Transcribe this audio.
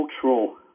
cultural